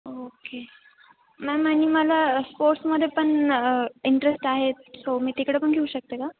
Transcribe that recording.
okay ma'am आणि मला स्पोर्ट्समध्ये पण इंटरेस्ट आहेत सो मी तिकडे पण घेऊ शकते का